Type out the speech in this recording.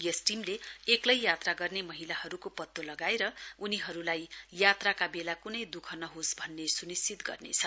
यस टीमले एकलै यात्रा गर्ने महिलाहरुको पत्तो लगेर र उनीहरुलाई यात्राका बेला कुनै दुख नहोस् भन्ने सुनिश्चित गर्नेछ